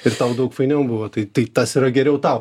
ir tau daug fainiau buvo tai tai tas yra geriau tau